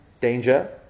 danger